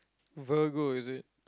virgo is it